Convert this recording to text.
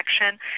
action